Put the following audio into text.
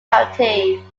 county